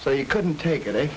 so you couldn't take it a